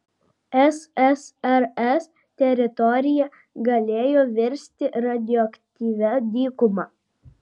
ssrs teritorija galėjo virsti radioaktyvia dykuma